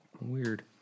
Weird